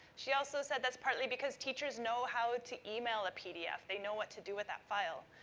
she also said that's partly because teachers know how to email a pdf. they know what to do with that file.